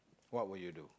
what would you do